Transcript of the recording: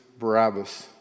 Barabbas